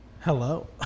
Hello